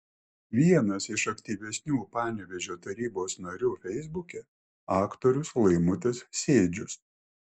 vienas iš aktyvesnių panevėžio tarybos narių feisbuke aktorius laimutis sėdžius